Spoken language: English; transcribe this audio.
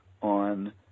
on